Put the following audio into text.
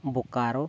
Bokaro